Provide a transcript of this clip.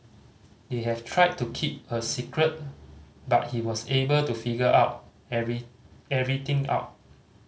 they have tried to keep a secret but he was able to figure out every everything out